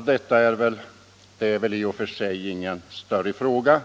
Detta är väl i och för sig ingen större fråga,